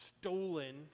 stolen